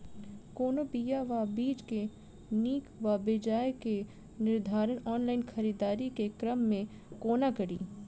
कोनों बीया वा बीज केँ नीक वा बेजाय केँ निर्धारण ऑनलाइन खरीददारी केँ क्रम मे कोना कड़ी?